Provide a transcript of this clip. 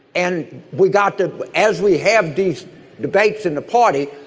and we got to as we have these debates in the party.